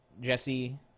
Jesse